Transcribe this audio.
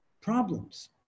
problems